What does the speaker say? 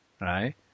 right